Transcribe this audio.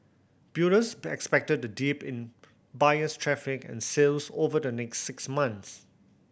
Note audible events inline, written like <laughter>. builders <unintelligible> expected the dip in buyers traffic and sales over the next six months